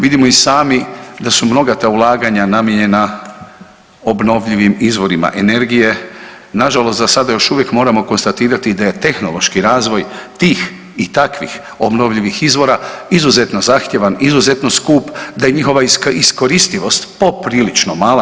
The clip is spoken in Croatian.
Vidimo i sami da su mnoga ta ulaganja namijenjena obnovljivim izvorima energije, nažalost za sada još uvijek moramo konstatirati da je tehnološki razvoj tih i takvih obnovljivih izvora izuzetno zahtjevan, izuzetno skup da je njihova iskoristivost poprilično mala.